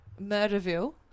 Murderville